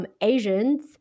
Asians